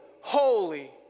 holy